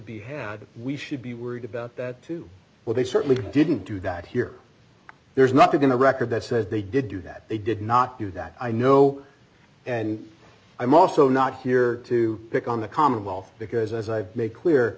be had we should be worried about that too well they certainly didn't do that here there is nothing in the record that says they did do that they did not do that i know and i'm also not here to pick on the commonwealth because as i've made clear